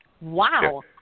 wow